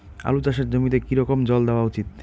আলু চাষের জমিতে কি রকম জল দেওয়া উচিৎ?